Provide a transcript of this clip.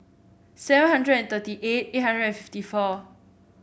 seven hundred and thirty eight eight hundred and fifty four